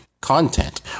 content